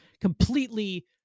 completely